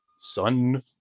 Son